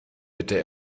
bitte